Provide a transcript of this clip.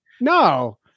no